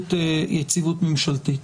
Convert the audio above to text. יציבות ממשלתית.